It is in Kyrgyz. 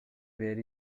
бери